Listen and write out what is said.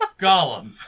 Gollum